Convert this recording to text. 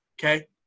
okay